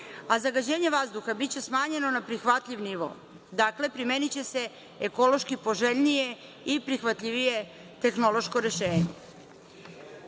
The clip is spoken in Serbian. a zagađenje vazduha biće smanjeno na prihvatljiv nivo. Dakle, primeniće se ekološki poželjnije i prihvatljivije tehnološko rešenje. Imajući